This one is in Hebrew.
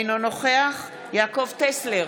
אינו נוכח יעקב טסלר,